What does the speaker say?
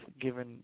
given